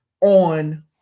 on